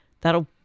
that'll